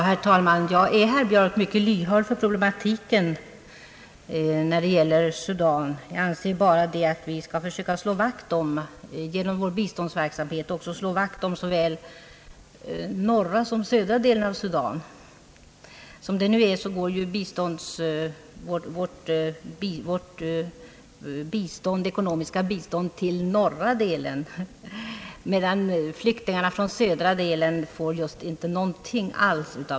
Herr talman! Ja, herr Björk, jag är mycket lyhörd för problematiken när det gäller Sudan. Jag anser att vi genom vår biståndsverksamhet skall slå vakt om både norra och södra Sudan. Som det nu är går vårt ekonomiska bistånd till norra delen, medan flyktingarna från södra delen just inte får någonting alls.